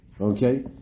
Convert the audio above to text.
Okay